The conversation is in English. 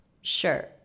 sure